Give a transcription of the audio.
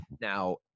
Now